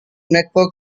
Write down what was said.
network